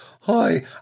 hi